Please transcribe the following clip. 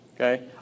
Okay